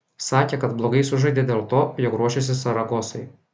sakė kad blogai sužaidė dėl to jog ruošėsi saragosai